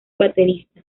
baterista